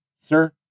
Sir